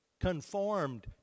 conformed